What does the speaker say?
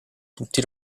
tutti